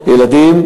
ילדים,